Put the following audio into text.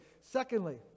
Secondly